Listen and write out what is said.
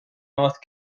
north